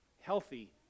healthy